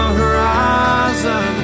horizon